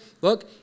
look